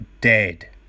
dead